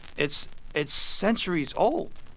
it's it's centuries old.